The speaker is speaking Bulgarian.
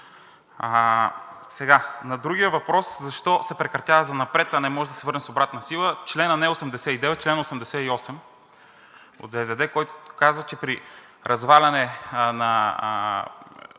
вещ. На другия въпрос: защо се прекратява занапред, а не може да се върне с обратна сила? Членът не е 89, членът е 88 от ЗЗД, който казва, че при разваляне на